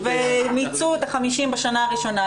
אם בתכנית הסופית מיצו את ה-50 בשנה הראשונה,